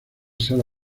sala